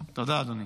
תודה, אדוני.